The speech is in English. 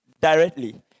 directly